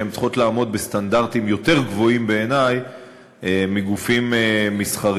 שהן צריכות לעמוד בסטנדרטים יותר גבוהים בעיני מאלה של גופים מסחריים,